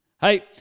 Hey